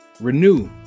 Renew